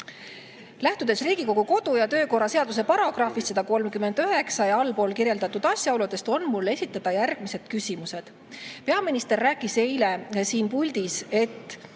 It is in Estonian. Lähtudes Riigikogu kodu- ja töökorra seaduse §-st 139 ja [kohe kirjeldatavatest] asjaoludest on mul esitada järgmised küsimused. Peaminister rääkis eile siin puldis, et